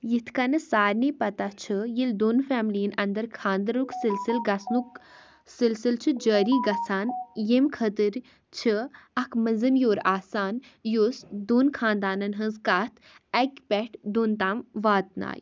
یِتھ کٔنۍ سارنٕے پَتہ چھُ ییٚلہِ دۄن فیملیَن اَندَر خاندرُک سِلسِل گژھنُک سِلسِل چھُ جٲری گژھان ییٚمہِ خٲطرٕ چھِ اَکھ مٔنٛزِم یور آسان یُس دۄن خانٛدانَن ہٕنٛز کَتھ اَکہِ پیٚٹھ دۄن تام واتنایہِ